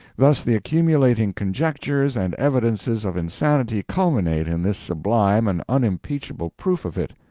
thus the accumulating conjectures and evidences of insanity culminate in this sublime and unimpeachable proof of it.